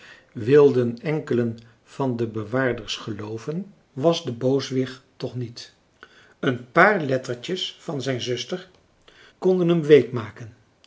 wilden enkelen van de bewaarders gelooven was de booswicht toch niet een paar lettertjes van zijn zuster konden hem week maken